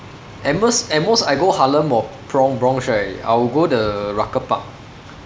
at most at most I go harlem or bro~ bronx right I'll go the rucker park